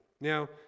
Now